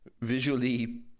visually